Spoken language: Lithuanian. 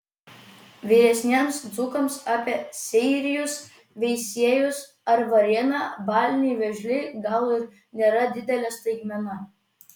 vyresniems dzūkams apie seirijus veisiejus ar varėną baliniai vėžliai gal ir nėra didelė staigmena